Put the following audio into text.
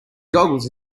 goggles